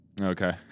Okay